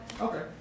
Okay